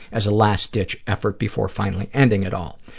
as a last-ditch effort before finally ending it all,